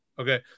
Okay